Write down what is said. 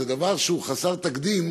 זה דבר שהוא חסר תקדים